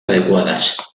adecuadas